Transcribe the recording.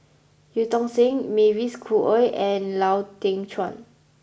Eu Tong Sen Mavis Khoo Oei and Lau Teng Chuan